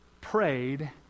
prayed